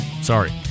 Sorry